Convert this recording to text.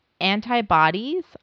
Antibodies